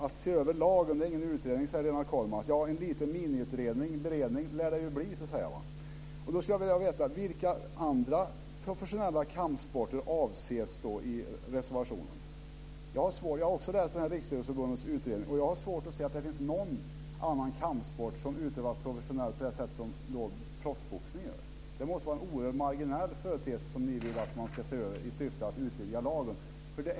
Att se över lagen är ingen utredning, säger Lennart Kollmats. En liten miniutredning eller beredning lär det bli. Vilka andra professionella kampsporter avses i reservationen? Jag har också läst Riksidrottsförbundets utredning. Jag har svårt att se att det finns någon annan kampsport som utövas professionellt på samma sätt som proffsboxning. Det måste vara en oerhört marginell företeelse som ni vill att man ska se över i syfte att utvidga lagen.